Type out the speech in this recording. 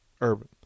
urban